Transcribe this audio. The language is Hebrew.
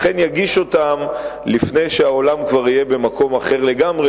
אכן יגיש אותה לפני שהעולם כבר יהיה במקום אחר לגמרי,